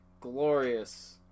glorious